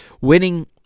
winning